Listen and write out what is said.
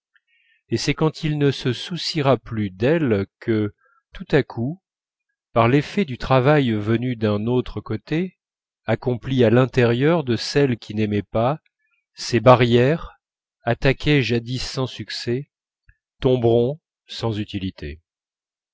et c'est quand il ne se souciera plus d'elles que tout à coup par l'effet du travail venu d'un autre côté accompli à l'intérieur de celle qui n'aimait pas ces barrières attaquées jadis sans succès tomberont sans utilité